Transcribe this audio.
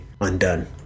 undone